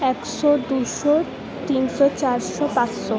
একশো দুশো তিনশো চারশো পাঁচশো